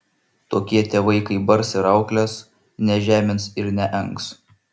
tokie tėvai kai bars ir auklės nežemins ir neengs